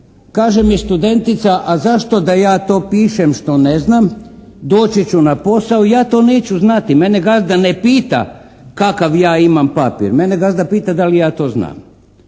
kaže mi studentica, a zašto da ja to pišem što ne znam. Doći ću na posao, ja to neću znati. Mene gazda ne pita kakav ja imam papir. Mene gazda pita da li ja to znam.